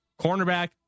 cornerback